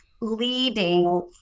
leading